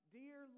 dear